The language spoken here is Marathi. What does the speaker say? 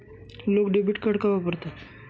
लोक डेबिट कार्ड का वापरतात?